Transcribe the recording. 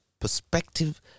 perspective